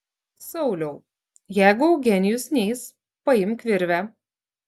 sauliau jeigu eugenijus neis paimk virvę